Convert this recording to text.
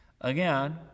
Again